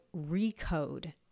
RECODE